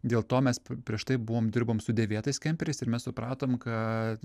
dėl to mes prieš tai buvom dirbom su dėvėtais kemperiais ir mes supratom kad